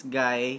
guy